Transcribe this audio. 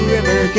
River